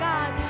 God